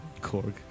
Korg